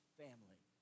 family